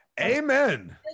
Amen